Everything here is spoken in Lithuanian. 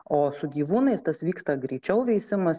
o su gyvūnais tas vyksta greičiau veisimas